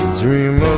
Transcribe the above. dreams